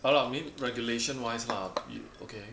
ya lah mean I regulation wise lah you okay